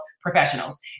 professionals